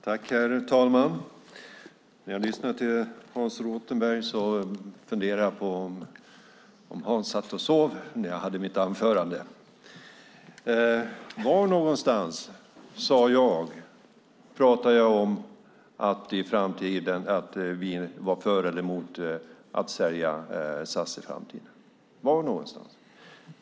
Herr talman! När jag lyssnade till Hans Rothenberg funderade jag på om han satt och sov när jag höll mitt anförande. Var sade jag att vi var för eller emot att sälja SAS i framtiden? Var någonstans?